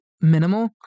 minimal